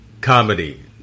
comedy